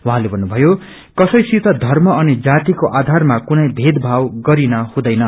उहाँले भन्नुम्बयो कसैसित घर्म अनि जातिको आयारमा कुनै भेदमाव गरिन हुँदैन